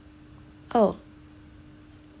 oh